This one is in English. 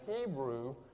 Hebrew